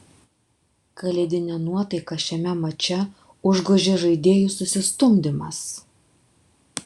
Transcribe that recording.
kalėdinę nuotaiką šiame mače užgožė žaidėjų susistumdymas